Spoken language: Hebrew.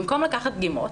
במקום לקחת דגימות,